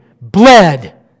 bled